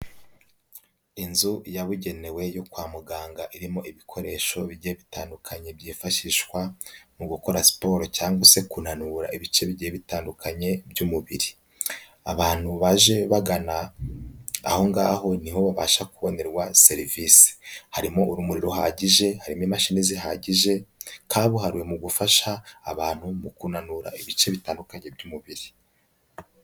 Inzu yabugenewe yo kwa muganga irimo ibikoresho bijye bitandukanye byifashishwa mu gukora siporo, cyangwa se kunanura ibice bigiye bitandukanye by'umubiri. Abantu baje bagana ahongaho niho babasha kubonera serivisi. Harimo urumuri ruhagije, harimo imashini zihagije, kabuhariwe mu gufasha abantu mu kunanura ibice bitandukanye by'umubiri.